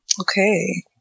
Okay